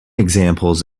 examples